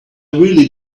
really